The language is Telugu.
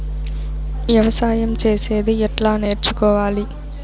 వ్యవసాయం చేసేది ఎట్లా నేర్చుకోవాలి?